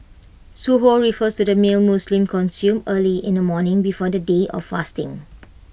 Suhoor refers to the meal Muslims consume early in the morning before the day of fasting